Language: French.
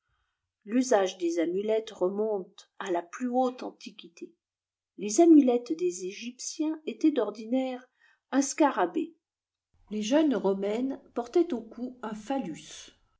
l'usage des amulettes remonte à la plus haute antiquité les amulettes des égyptiens étaient d'ordinaire un scarabée les jeunes romaines portaient au cou un phallus